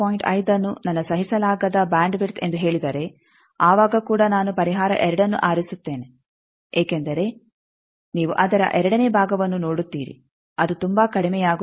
5 ಅನ್ನು ನನ್ನ ಸಹಿಸಲಾಗದ ಬ್ಯಾಂಡ್ ವಿಡ್ತ್ ಎಂದು ಹೇಳಿದರೆ ಆವಾಗ ಕೂಡ ನಾನು ಪರಿಹಾರ 2 ಅನ್ನು ಆರಿಸುತ್ತೇನೆ ಏಕೆಂದರೆ ನೀವು ಅದರ ಎರಡನೇ ಭಾಗವನ್ನು ನೋಡುತ್ತೀರಿ ಅದು ತುಬಾ ಕಡಿಮೆಯಾಗುತ್ತಿದೆ